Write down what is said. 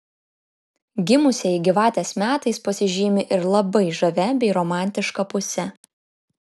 gimusieji gyvatės metais pasižymi ir labai žavia bei romantiška puse